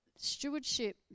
Stewardship